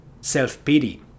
self-pity